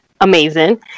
amazing